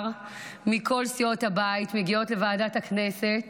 מכל סיעות הבית מגיעות לוועדת הכנסת